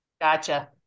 Gotcha